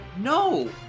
No